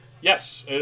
Yes